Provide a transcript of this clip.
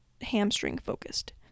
hamstring-focused